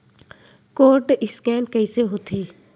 Code scan कइसे होथे?